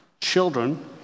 children